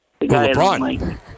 LeBron